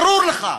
ברור לך.